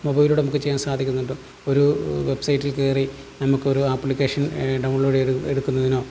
മൊബൈലിലൂടെ നമുക്ക് ചെയ്യാൻ സാധിക്കുന്നുണ്ട് ഒരു വെബ്സൈറ്റിൽ കയറി നമുക്ക് ഒരു ആപ്ലിക്കേഷൻ ഡൗൺലോഡ് ചെയ്ത് എടുക്കുന്നതിനോ